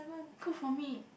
cook for me